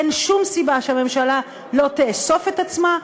אין שום סיבה שהממשלה לא תאסוף את עצמה,